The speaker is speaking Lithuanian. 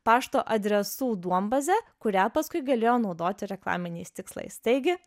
pašto adresų duombazę kurią paskui galėjo naudoti reklaminiais tikslais taigi